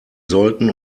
sollten